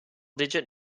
digit